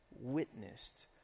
witnessed